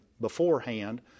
beforehand